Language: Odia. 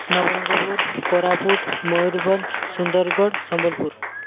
ନବରଙ୍ଗପୁର କୋରାପୁଟ ମୟୂରଭଞ୍ଜ ସୁନ୍ଦରଗଡ଼ ସମ୍ବଲପୁର